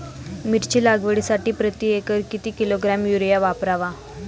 मिरची लागवडीसाठी प्रति एकर किती किलोग्रॅम युरिया वापरावा?